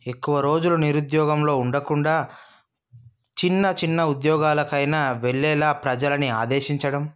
ఎక్కువరోజులు నిరుద్యోగంలో ఉండకుండా చిన్నచిన్న ఉద్యోగాలకైనా వెళ్ళేలా ప్రజలని ఆదేశించడం